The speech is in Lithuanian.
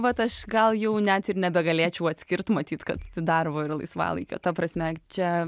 vat aš gal jau net ir nebegalėčiau atskirt matyt kad darbo ir laisvalaikio ta prasme čia